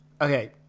okay